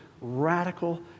radical